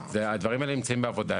והדברים האלה נמצאים בעבודה.